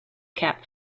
cap